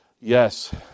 Yes